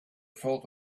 felt